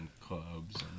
clubs